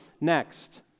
next